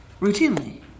routinely